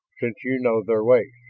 since you know their ways.